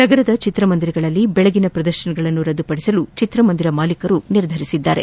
ನಗರದ ಚಿತ್ರಮಂದಿರಗಳಲ್ಲಿ ಬೆಳಗಿನ ಪ್ರದರ್ಶನಗಳನ್ನು ರದ್ದುಪಡಿಸಲು ಚಿತ್ರಮಂದಿರ ಮಾಲಿಕರು ನಿರ್ಧರಿಸಿದ್ದಾರೆ